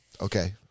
Okay